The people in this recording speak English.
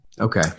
Okay